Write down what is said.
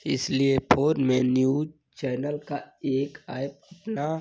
इसलिए फ़ोन में news channel का एक ऐप अपना